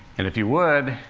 and if you would,